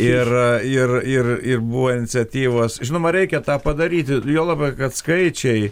ir ir ir ir buvo iniciatyvos žinoma reikia tą padaryti juolabai kad skaičiai